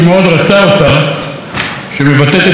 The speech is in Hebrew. בה, שמבטאת את השלום, הוא ביקש את האות ה"א.